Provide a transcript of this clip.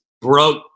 broke